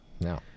No